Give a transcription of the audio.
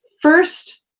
First